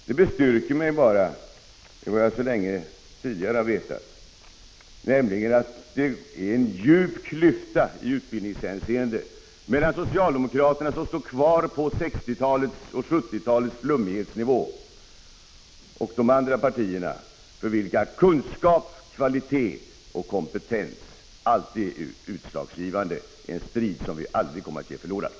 Detta styrker mig bara i vad jag så länge tidigare har vetat, nämligen att det är en djup klyfta i utbildningshänseende mellan socialdemokraterna, som står kvar på 1960 och 1970-talens flummighetsnivå, och de andra partierna, för vilka kunskap, kvalitet och kompetens alltid är utslagsgivande. Här är en strid som vi aldrig kommer att ge förlorad.